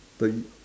like you